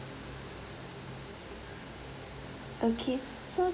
okay so